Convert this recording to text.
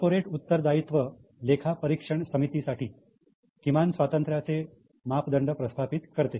corporate उत्तरदायित्व लेखा परीक्षण समितीसाठी किमान स्वातंत्र्याचे मापदंड प्रस्थापित करते